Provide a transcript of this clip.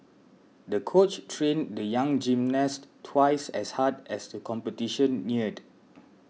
the coach trained the young gymnast twice as hard as the competition neared